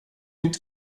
inte